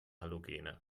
halogene